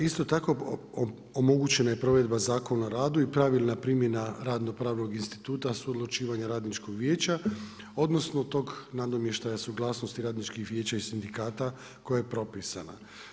Isto tako, omogućena je provedba Zakona o radu i pravilna primjena radno-pravnog instituta suodlučivanja radničkog vijeća, odnosno tog nadomještaja suglasnosti radničkih vijeća i sindikata koja je propisana.